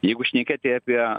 jeigu šnekėti apie